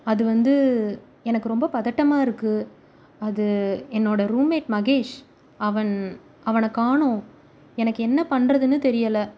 அது வந்து எனக்கு ரொம்ப பதட்டமாக இருக்கு அது என்னோட ரூம் மேட் மகேஷ் அவன் அவனை காணும் எனக்கு என்ன பண்ணுறதுன்னு தெரியலை